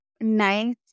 nice